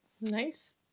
Nice